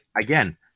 again